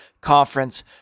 Conference